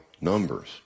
numbers